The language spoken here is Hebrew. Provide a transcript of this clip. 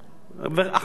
ואחמד טיבי.